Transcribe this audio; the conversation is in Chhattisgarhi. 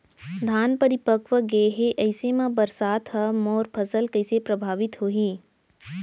धान परिपक्व गेहे ऐसे म बरसात ह मोर फसल कइसे प्रभावित होही?